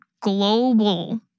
global